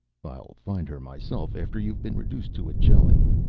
i'll find her myself, after you've been reduced to a jelly.